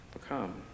become